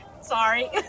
Sorry